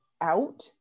out